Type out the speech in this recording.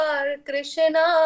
Krishna